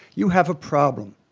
you have a problem.